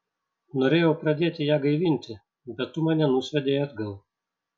norėjau pradėti ją gaivinti bet tu mane nusviedei atgal